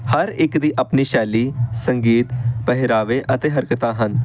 ਹਰ ਇੱਕ ਦੀ ਆਪਣੀ ਸ਼ੈਲੀ ਸੰਗੀਤ ਪਹਿਰਾਵੇ ਅਤੇ ਹਰਕਤਾਂ ਹਨ